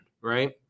right